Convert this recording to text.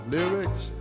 Lyrics